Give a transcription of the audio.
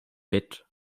bett